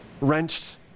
wrenched